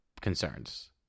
concerns